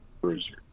bruiser